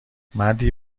مردی